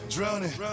Drowning